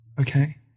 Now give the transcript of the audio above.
okay